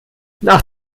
nach